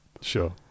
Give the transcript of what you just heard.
sure